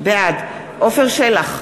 בעד עפר שלח,